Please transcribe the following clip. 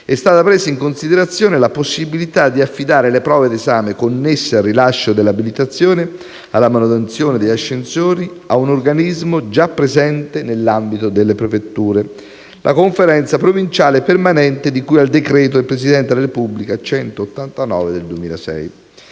è stata presa in considerazione la possibilità di affidare le prove d'esame connesse al rilascio dell'abilitazione alla manutenzione degli ascensori a un organismo già presente nell'ambito delle prefetture: la conferenza provinciale permanente di cui al decreto del Presidente della Repubblica n. 189 del 2006.